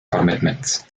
commitments